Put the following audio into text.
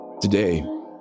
Today